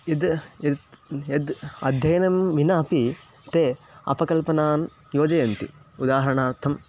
यद् यद् यद् अध्ययनं विनापि ते अपकल्पनान् योजयन्ति उदाहरणार्थं